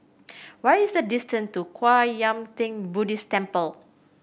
what is the distance to Kwan Yam Theng Buddhist Temple